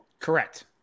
Correct